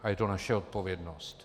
A je to naše odpovědnost.